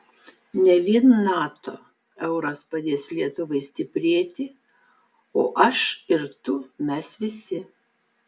ne vien nato euras padės lietuvai stiprėti o aš ir tu mes visi